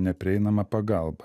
neprieinama pagalba